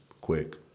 Quick